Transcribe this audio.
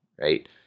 right